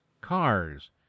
cars